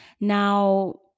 Now